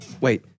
wait